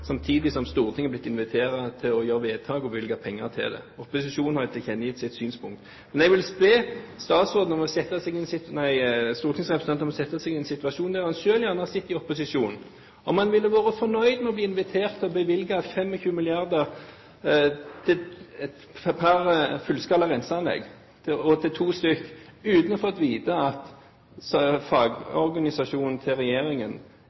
samtidig som Stortinget er blitt invitert til å gjøre vedtak og bevilge penger til det? Opposisjonen har tilkjennegitt sitt synspunkt. Jeg vil be stortingsrepresentanten om å sette seg i en situasjon der han selv sitter i opposisjon – om han ville vært fornøyd med å bli invitert til å bevilge 25 mrd. kr til to fullskala renseanlegg uten å få vite at fagorganisasjonen til regjeringen anbefalte ikke å ha mer enn ett, om han ville vært fornøyd med å bli informert om at